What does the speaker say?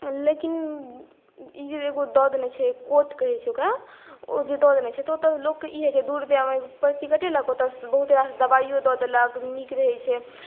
लेकिन ई जे एगो दऽ देने छै कोट कहैत छै ओकरा ओ जे दऽ देने छै ओतय लोकके ई होइत छै दू रुपैआमे पर्ची कटेलक ओतयसँ बहुत रास दबाइयो दऽ देलक नीक रहैत छै